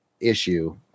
issue